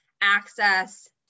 access